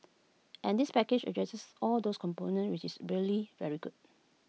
and this package addresses all those components which is really very good